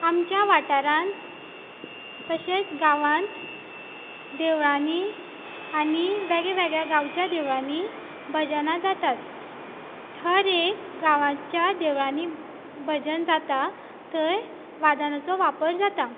आमच्या वाठारांत तशेंच गांवांत देवळांनी आनी वेगळ्या वेगळ्या गांवच्या देवळांनी भजना जातात हर एक गांवांच्या देवळांनी भजन जाता थंय वादनाचो वापर जाता